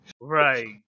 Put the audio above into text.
Right